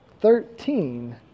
thirteen